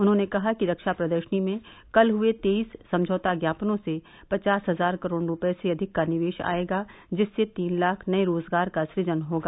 उन्होंने कहा कि रक्षा प्रदर्शनी में कल हुए तेईस समझौता ज्ञापनों से पचास हजार करोड़ रूपये से अधिक का निवेश आएगा जिससे तीन लाख नए रोजगार का सुजन होगा